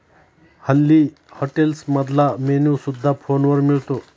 हल्ली हॉटेल्समधला मेन्यू सुद्धा फोनवर मिळतो